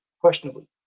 questionably